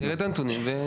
תראה את הנתונים ,